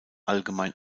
allgemein